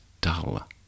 dull